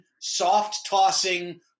soft-tossing